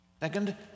Second